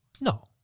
No